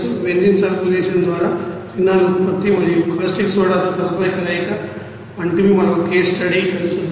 benzene sulphonation ద్వారా phenol ఉత్పత్తి మరియు కాస్టిక్ సోడాతో తదుపరి కలయిక వంటి మరొక కేస్ స్టడీ ఇక్కడ చేద్దాం